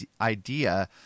idea